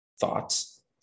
thoughts